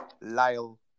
Lyle